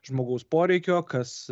žmogaus poreikio kas